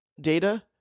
data